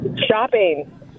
Shopping